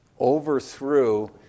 overthrew